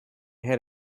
had